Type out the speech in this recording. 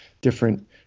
different